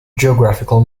geographical